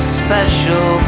special